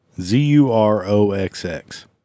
Z-U-R-O-X-X